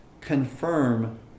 confirm